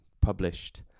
published